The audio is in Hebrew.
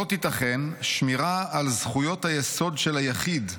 לא תיתכן שמירה על זכויות היסוד של היחיד,